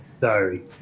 Sorry